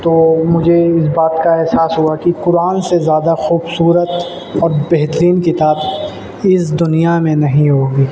تو مجھے اس بات کا احساس ہوا کہ قرآن سے زیادہ خوبصورت اور بہترین کتاب اس دنیا میں نہیں ہوگی